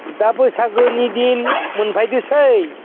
दा बैसागोनि दिन मोनफैदोंसै